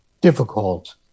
difficult